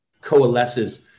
coalesces